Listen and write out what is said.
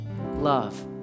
love